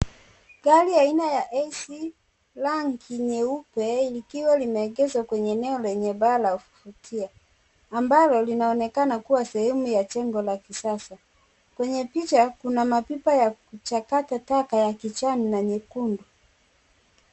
Gari aina ya AC rangi nyeupe likiwa limeegeshwa kwenye eneo lenye baa la kuvutia, ambalo linaonekana kuwa sehemu ya jengo la kisasa. Kwenye picha kuna mapipa ya kuchakata taka ya kijani na nyekundu.